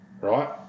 Right